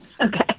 Okay